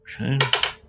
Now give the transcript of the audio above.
Okay